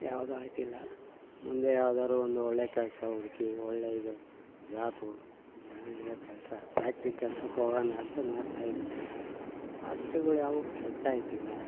ಯಾವುದು ಆಗ್ತಿಲ್ಲ ಮುಂದೆ ಯಾವ್ದಾದ್ರು ಒಂದು ಒಳ್ಳೆಯ ಕೆಲಸ ಹುಡುಕಿ ಒಳ್ಳೆಯ ಇದು ಜಾಬು ಚೆನ್ನಾಗಿರೋ ಕೆಲಸ ಫ್ಯಾಕ್ಟ್ರಿ ಕೆಲ್ಸಕ್ಕೋಗೋಣ ಅಂತ ನೋಡ್ತಾಯಿದೀನಿ ಫ್ಯಾಕ್ಟ್ರಿಗಳು ಯಾವೂ ಸೆಟ್ಟಾಗ್ತಿಲ್ಲ